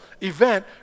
event